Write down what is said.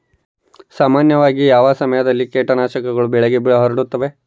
ಸಾಮಾನ್ಯವಾಗಿ ಯಾವ ಸಮಯದಲ್ಲಿ ಕೇಟನಾಶಕಗಳು ಬೆಳೆಗೆ ಹರಡುತ್ತವೆ?